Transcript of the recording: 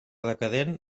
decadent